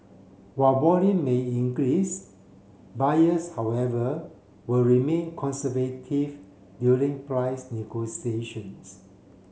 while volume may increase buyers however will remain conservative during price negotiations